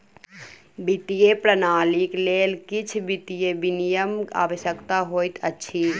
वित्तीय प्रणालीक लेल किछ वित्तीय विनियम आवश्यक होइत अछि